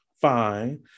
fine